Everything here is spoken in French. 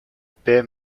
paie